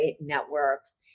networks